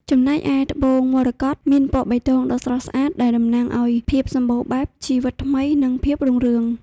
ចំណែកឯត្បូងមរកតមានពណ៌បៃតងដ៏ស្រស់ស្អាតដែលតំណាងឱ្យភាពសម្បូរបែប ជីវិតថ្មី និងភាពរុងរឿង។